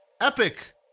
Epic